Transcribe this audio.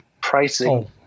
pricing